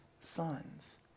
sons